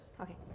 Okay